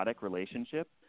relationship